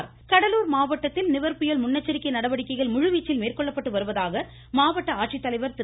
Cuddalore voice Cuddalore மாவட்டத்தில் நிவர் புயல் முன்னெச்சரிக்கை நடவடிக்கைகள் முழுவீச்சில் மேற்கொள்ளப்பட்டு வருவதாக மாவட்ட ஆட்சித்தலைவர் திரு